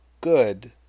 good